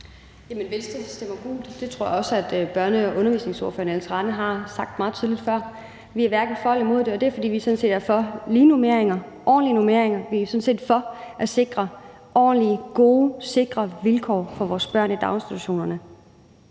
Venstre stemmer gult. Det tror jeg også at børne- og undervisningsordfører Ellen Trane Nørby har sagt meget tydeligt før. Vi er hverken for eller imod det, og det er, fordi vi sådan set er for lige normeringer, ordentlige normeringer. Vi er sådan set for at sikre ordentlige, gode, sikre vilkår for vores børn i daginstitutionerne.